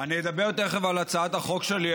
אני אדבר תכף על הצעת החוק שלי,